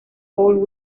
paul